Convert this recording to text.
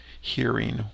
hearing